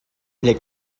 les